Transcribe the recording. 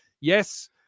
Yes